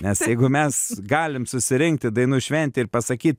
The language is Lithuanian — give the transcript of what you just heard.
nes jeigu mes galim susirinkt į dainų šventę ir pasakyt